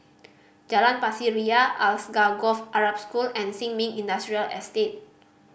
Jalan Pasir Ria Alsagoff Arab School and Sin Ming Industrial Estate